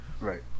right